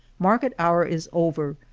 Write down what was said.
market hour is over,